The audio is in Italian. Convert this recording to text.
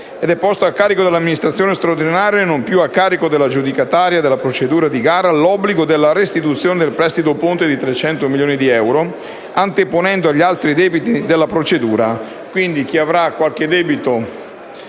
*a)*, pone a carico dell'amministrazione straordinaria, e non più a carico dell'aggiudicatario della procedura di gara, l'obbligo della restituzione del finanziamento statale, anteponendolo agli altri debiti della procedura;